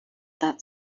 that